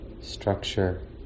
structure